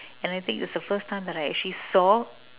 and I think it's the first time that I actually saw